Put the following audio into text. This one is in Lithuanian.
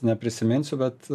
neprisiminsiu bet